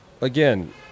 again